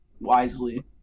wisely